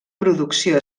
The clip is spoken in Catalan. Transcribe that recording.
producció